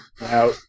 now